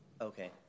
okay